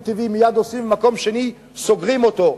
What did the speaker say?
טבעי מייד עושים ובמקום שני סוגרים אותו.